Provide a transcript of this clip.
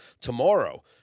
tomorrow